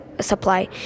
supply